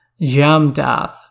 Jamdath